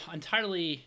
entirely